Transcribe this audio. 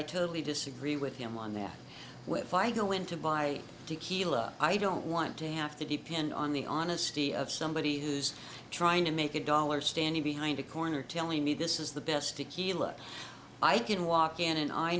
i totally disagree with him on that went by go into buy to keela i don't want to have to depend on the honesty of somebody who's trying to make a dollar standing behind a corner telling me this is the best to kill or i can walk in and i